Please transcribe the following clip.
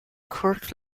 crooked